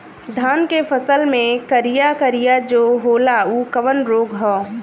धान के फसल मे करिया करिया जो होला ऊ कवन रोग ह?